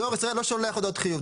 דואר ישראל לא שולח הודעות חיוב,